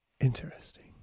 Interesting